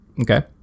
okay